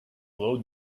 low